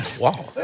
Wow